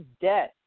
death